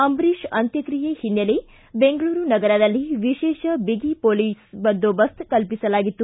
ಅಂಬರೀಷ್ ಅಂತ್ಯಕ್ರಿಯೆ ಹಿನ್ನೆಲೆ ಬೆಂಗಳೂರು ನಗರದಲ್ಲಿ ವಿಶೇಷ ಬಿಗಿ ಮೊಲೀಸ ಬಂದೋಬಸ್ತ ಕಲ್ಪಿಸಲಾಗಿತ್ತು